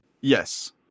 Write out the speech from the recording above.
Yes